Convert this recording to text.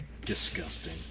Disgusting